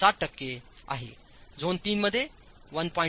7 टक्के आहेझोन III मध्ये 1